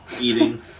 eating